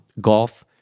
Golf